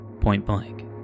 point-blank